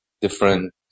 different